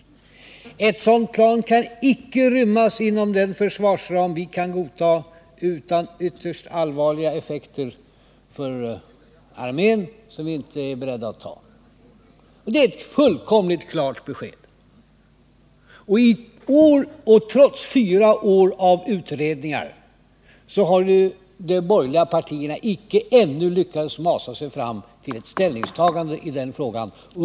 Det skulle få ytterst allvarliga konsekvenser för armén, och det kan vi inte gå med på. Det är ett fullkomligt klart besked. Trots fyra års utredningsarbete har de borgerliga partierna ännu icke lyckats masa sig fram till ett ställningstagande i den frågan.